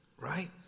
right